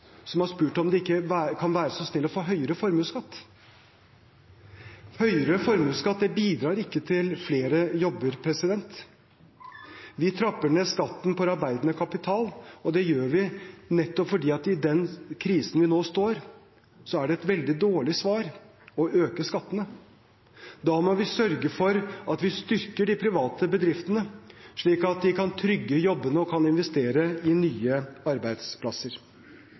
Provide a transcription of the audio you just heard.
som har spurt om de ikke kan være så snille å få høyere formuesskatt. Høyere formuesskatt bidrar ikke til flere jobber. Vi trapper ned skatten for arbeidende kapital, og det gjør vi nettopp fordi det i den krisen vi nå står i, er et veldig dårlig svar å øke skattene. Da må vi sørge for at vi styrker de private bedriftene, slik at de kan trygge jobbene og kan investere i nye arbeidsplasser.